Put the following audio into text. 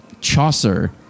Chaucer